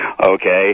Okay